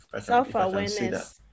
Self-awareness